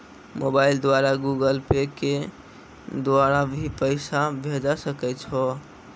Mobile द्वारा Google Pay के द्वारा भी पैसा भेजै सकै छौ?